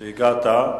שהגעת.